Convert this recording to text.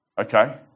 Okay